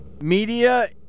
Media